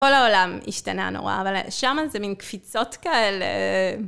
כל העולם השתנה נורא, אבל שם זה מין קפיצות כאלה.